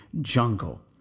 jungle